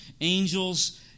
angels